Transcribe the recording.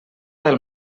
del